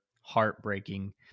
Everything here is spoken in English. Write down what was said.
heartbreaking